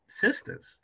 sisters